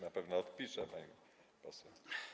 Na pewno odpiszę, pani poseł.